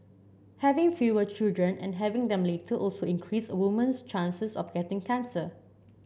having fewer children and having them later also increase a woman's chances of getting cancer